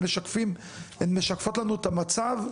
הן משקפות לנו את המצב,